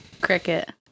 cricket